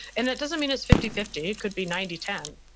and it doesn't mean it's fifty, fifty it could be ninety, ten,